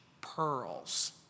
pearls